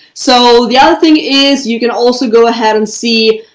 so the other thing is you can also go ahead and see,